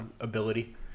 ability